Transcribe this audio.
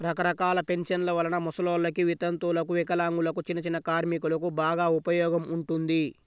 రకరకాల పెన్షన్ల వలన ముసలోల్లకి, వితంతువులకు, వికలాంగులకు, చిన్నచిన్న కార్మికులకు బాగా ఉపయోగం ఉంటుంది